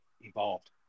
evolved